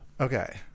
Okay